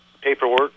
Paperwork